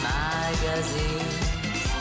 magazines